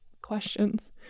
questions